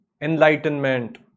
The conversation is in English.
enlightenment